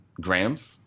grams